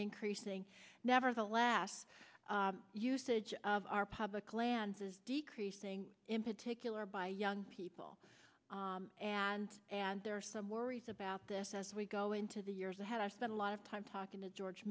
increasing nevertheless usage of our public lands decreasing in particular by young people and and there are some worries about this as we go into the years ahead i spent a lot of time talking to george